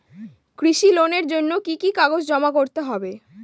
কৃষি লোনের জন্য কি কি কাগজ জমা করতে হবে?